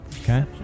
Okay